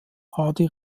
hardy